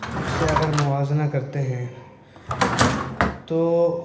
سے اگر موازنہ کرتے ہیں تو